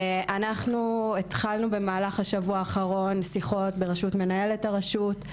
אנחנו התחלנו במהלך השבוע האחרון שיחות בראשות מנהלת הרשות,